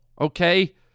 okay